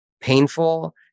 painful